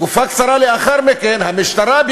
תקופה קצרה לאחר מכן המשטרה,